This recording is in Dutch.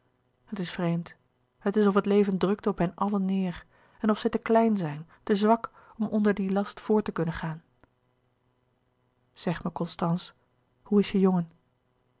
het is vreemd het is of het leven drukt op hen allen neêr en of zij te klein zijn te zwak om onder dien last voort te kunnen gaan zeg mij constance hoe is je jongen